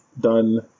done